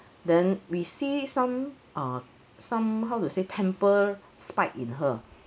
then we see some uh some how to say temper spike in her